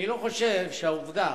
אני לא חושב שהעובדה